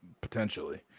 Potentially